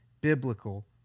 biblical